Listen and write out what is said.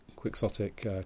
Quixotic